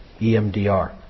EMDR